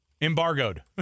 Embargoed